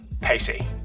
pacey